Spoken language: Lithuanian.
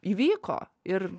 įvyko ir